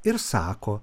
ir sako